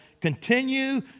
continue